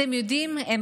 אתם יודעים, הן